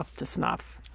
ah to snuff.